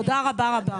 תודה רבה לכולם.